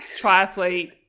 triathlete